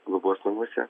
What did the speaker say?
globos namuose